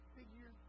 Figure